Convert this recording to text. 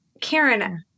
Karen